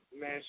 Man